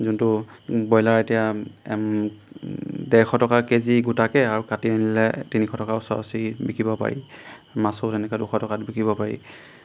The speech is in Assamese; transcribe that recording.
যোনটো ব্ৰইলাৰ এতিয়া ডেৰশ টকা কে জি গোটাকৈ আৰু কাটি আনিলে তিনিশ টকা ওচৰা ওচৰি বিকিব পাৰি মাছো তেনেকৈ দুশ টকাত বিকিব পাৰি